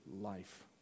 life